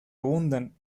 abundan